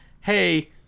Hey